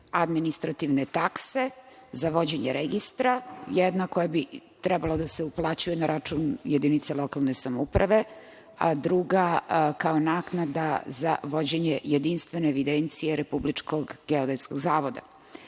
administrativne takse za vođenje registra, jedna koja bi trebalo da se uplaćuje na račun jedinica lokalne samouprave, a druga kao naknada za vođenje jedinstvene evidencije Republičkog geodetskog zavoda.